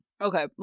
Okay